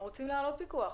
אנחנו רואים להעלות פיקוח.